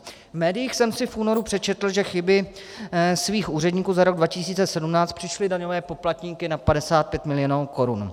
V médiích jsem si v únoru přečetl, že chyby svých úředníků za rok 2017 přišly daňové poplatníky na 55 milionů korun.